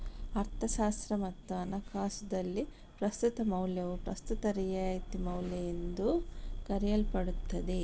ಅರ್ಥಶಾಸ್ತ್ರ ಮತ್ತು ಹಣಕಾಸುದಲ್ಲಿ, ಪ್ರಸ್ತುತ ಮೌಲ್ಯವು ಪ್ರಸ್ತುತ ರಿಯಾಯಿತಿ ಮೌಲ್ಯಎಂದೂ ಕರೆಯಲ್ಪಡುತ್ತದೆ